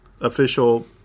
official